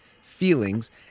feelings